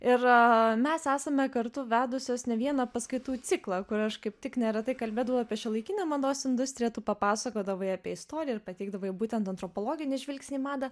ir mes esame kartu vedusios ne vieną paskaitų ciklą kur aš kaip tik neretai kalbėdavau apie šiuolaikinę mados industriją tu papasakodavai apie istoriją ir pateikdavai būtent antropologinį žvilgsnį į madą